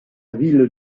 ville